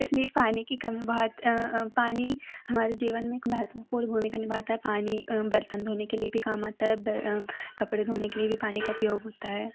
इसलिए पानी की कमी बहुत पानी हमारे जीवन में एक महत्वपूण भूमिका निभाता है पानी बर्तन धोने के लिए भी काम आता है कपड़े धोने के लिए भी पानी का उपयोग होता है